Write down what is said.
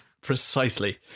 Precisely